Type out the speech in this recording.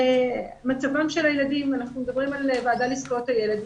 אנחנו מדברים על ועדה לזכויות הילד,